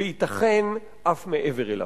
וייתכן אף מעבר אליו.